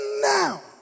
now